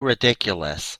ridiculous